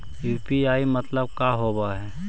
UPI मतलब का होब हइ?